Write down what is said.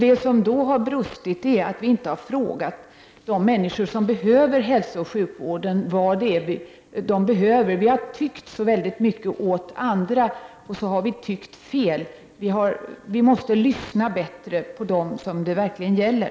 Det som då har brustit är att vi inte har frågat människor som behöver hälsooch sjukvård vad det är de behöver. Vi har tyckt så väldigt mycket åt andra och så har vi tyckt fel. Vi måste lyssna bättre på dem som det verkligen gäller.